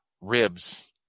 ribs